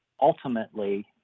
ultimately